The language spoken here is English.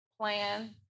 Plan